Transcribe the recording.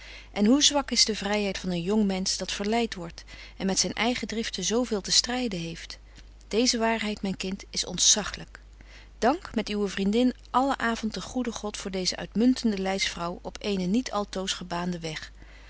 en hoe zwak is de vryheid in een jong mensch dat verleit wordt en met zyn eigen driften zo veel te stryden heeft deeze waarheid myn kind is ontzachlyk dank betje wolff en aagje deken historie van mejuffrouw sara burgerhart met uwe vriendin alle avond den goeden god voor deeze uitmuntende leidsvrouw op eenen niet altoos gebaanden weg